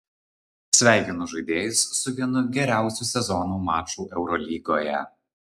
sveikinu žaidėjus su vienu geriausių sezono mačų eurolygoje